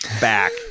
back